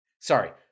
Sorry